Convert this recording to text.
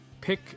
pick